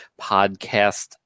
podcast